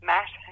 Matt